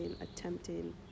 attempting